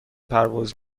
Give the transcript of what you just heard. پرواز